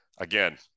again